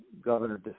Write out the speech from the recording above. Governor